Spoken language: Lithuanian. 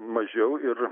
mažiau ir